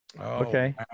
okay